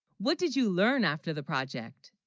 what did you learn after the project